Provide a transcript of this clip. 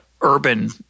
urban